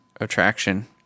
attraction